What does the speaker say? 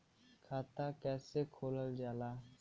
खाता कैसे खोलल जाला?